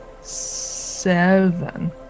seven